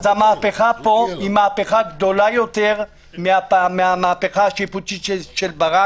אז המהפכה פה היא גדולה יותר מהמהפכה השיפוטית של ברק.